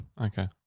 Okay